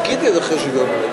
חברי הכנסת, שימו לב,